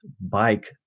bike